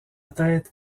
tête